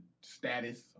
status